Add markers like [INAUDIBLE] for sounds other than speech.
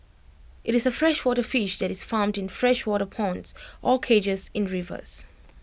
[NOISE] IT is A freshwater fish that is farmed in freshwater ponds or cages in rivers